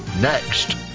next